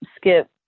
skip